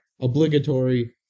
obligatory